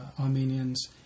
Armenians